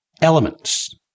elements